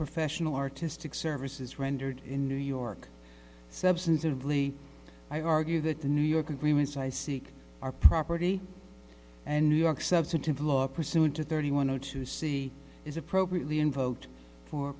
professional artistic services rendered in new york substantively i argue that the new york agreements i seek are property and new york substantive law pursuant to thirty one zero two c is appropriately in vote for